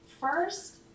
First